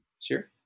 Sure